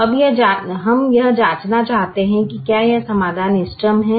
अब हम यह जांचना चाहते हैं कि क्या यह समाधान इष्टतम है